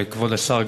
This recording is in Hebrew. כבוד השר,